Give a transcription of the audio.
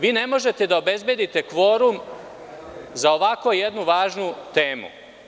Vi ne možete da obezbedite kvorum za ovako jednu važnu temu.